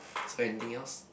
so anything else